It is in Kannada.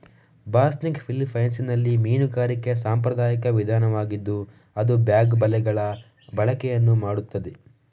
ಬಾಸ್ನಿಗ್ ಫಿಲಿಪೈನ್ಸಿನಲ್ಲಿ ಮೀನುಗಾರಿಕೆಯ ಸಾಂಪ್ರದಾಯಿಕ ವಿಧಾನವಾಗಿದ್ದು ಅದು ಬ್ಯಾಗ್ ಬಲೆಗಳ ಬಳಕೆಯನ್ನು ಮಾಡುತ್ತದೆ